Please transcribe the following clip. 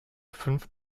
fünf